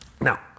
now